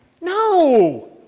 No